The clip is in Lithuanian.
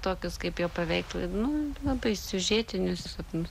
tokius kaip jie paveiktų nu labai siužetinius sapnus